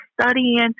studying